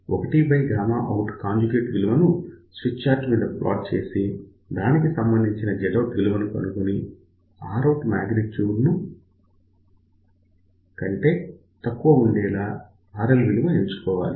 తరువాత 1 by gamma out conjugate 1out విలువను Smith chart మీద ప్లాట్ చేసి దానికి సంబంధించిన Zout విలువ కనుగొని Rout మ్యాగ్నిటూడ్ కంటే తక్కువ ఉండేలా RL విలువను ఎంచుకోవాలి